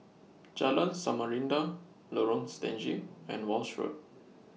Jalan Samarinda Lorong Stangee and Walshe Road